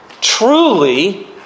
truly